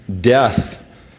death